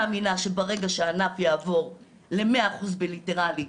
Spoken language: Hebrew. אני מאמינה שברגע שהענף יעבור ל-100 אחוז בליטרלי,